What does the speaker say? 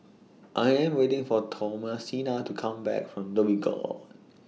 I Am waiting For Thomasina to Come Back from Dhoby Ghaut